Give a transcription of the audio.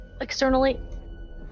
externally